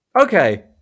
Okay